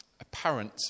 apparent